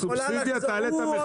סובסידיה תעלה את המחיר.